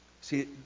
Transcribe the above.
See